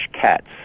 Cats